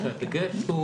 כשהדגש פה